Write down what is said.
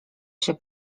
się